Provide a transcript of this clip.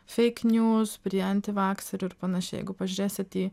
feik nius prie antivakserių ir panašiai jeigu pažiūrėsit į